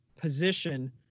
position